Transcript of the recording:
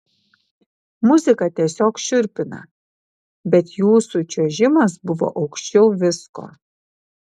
muzika tiesiog šiurpina bet jūsų čiuožimas buvo aukščiau visko